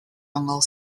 ongl